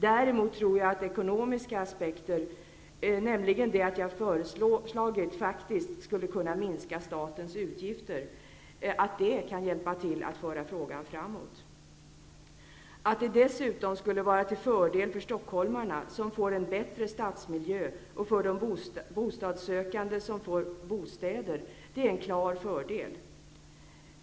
Däremot tror jag att ekonomiska aspekter, nämligen att det jag föreslagit faktiskt skulle kunna minska statens utgifter, kan hjälpa till att föra frågan framåt. Att det dessutom skulle vara till fördel för stockholmarna, som får en bättre stadsmiljö, och för de bostadssökande, som får bostäder, är en klar fördel.